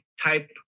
type